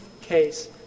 case